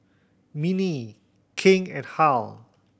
Minnie King and Harl